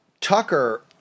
Tucker